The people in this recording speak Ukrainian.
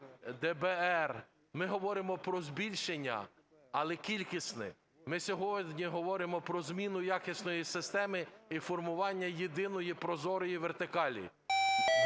ДБР, ми говоримо про збільшення, але кількісне. Ми сьогодні говоримо про зміну якісної системи і формування єдиної прозорої вертикалі.